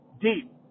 deep